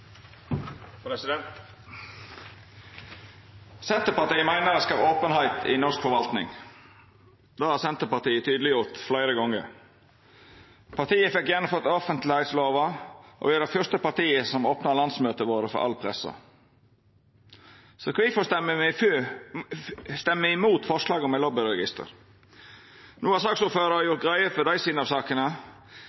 Senterpartiet meiner det skal vera openheit i norsk forvaltning. Det har Senterpartiet tydeleggjort fleire gongar. Partiet fekk gjennomført offentleglova, og me er det første partiet som opna landsmøta våre for all presse. Så kvifor røystar me imot forslaget om eit lobbyregister? No har